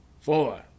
Four